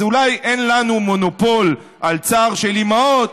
אז אולי אין לנו מונופול על צער של אימהות,